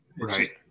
Right